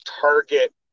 target